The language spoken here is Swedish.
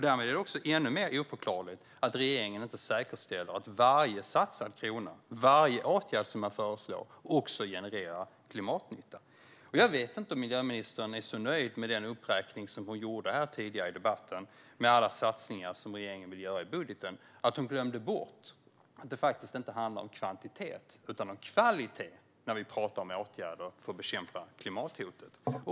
Därmed är det också ännu mer oförklarligt att regeringen inte säkerställer att varje satsad krona och varje åtgärd som man föreslår också genererar klimatnytta. Jag vet inte om miljöministern är så nöjd med den uppräkning som hon gjorde här tidigare i debatten av alla satsningar som regeringen vill göra i budgeten att hon glömde bort att det inte handlar om kvantitet utan om kvalitet när vi talar om åtgärder för att bekämpa klimathotet.